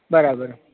બરાબર